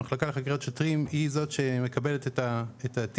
המחלקה לחקירת שוטרים היא זאת שמקבלת את התיק